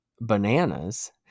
bananas